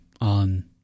on